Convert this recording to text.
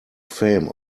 fame